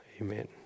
Amen